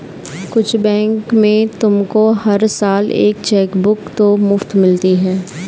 कुछ बैंक में तुमको हर साल एक चेकबुक तो मुफ़्त मिलती है